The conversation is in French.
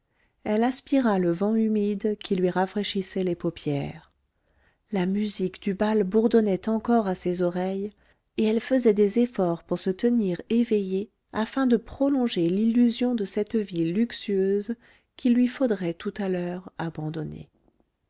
elle aspira le vent humide qui lui rafraîchissait les paupières la musique du bal bourdonnait encore à ses oreilles et elle faisait des efforts pour se tenir éveillée afin de prolonger l'illusion de cette vie luxueuse qu'il lui faudrait tout à l'heure abandonner